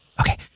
Okay